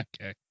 Okay